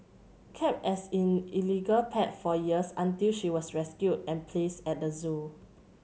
kept as in illegal pet for years until she was rescued and placed at the zoo